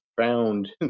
found